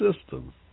system